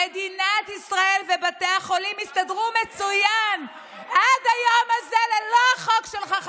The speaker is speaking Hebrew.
מדינת ישראל ובתי החולים הסתדרו מצוין עד היום הזה ללא החוק שלך,